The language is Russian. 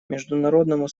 международному